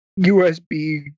usb